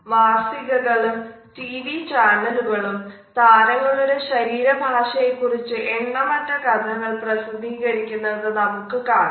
മാസികകളും ടിവി ചാനലുകളും താരങ്ങളുടെ ശരീര ഭാഷയെ കുറിച്ച് എണ്ണമറ്റ കഥകൾ പ്രസിദ്ധീകരിക്കുന്നത് നമുക്ക് കാണാം